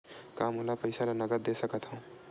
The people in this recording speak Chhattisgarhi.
का मोला पईसा ला नगद दे सकत हव?